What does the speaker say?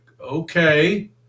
Okay